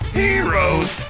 heroes